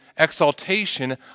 exaltation